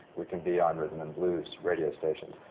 we can be on rhythm and blues radio stations,